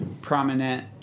prominent